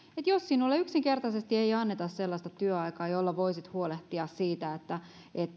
jos sinulle yksinkertaisesti ei anneta sellaista työaikaa jolla voisit huolehtia siitä että